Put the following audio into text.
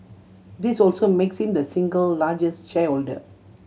this also makes him the single largest shareholder